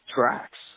tracks